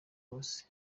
hose